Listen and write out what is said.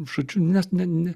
žodžiu nes ne ne